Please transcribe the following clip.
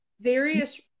various